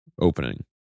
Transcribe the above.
opening